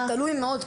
זה תלוי מאוד,